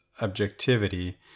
objectivity